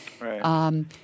Right